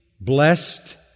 blessed